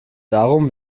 darum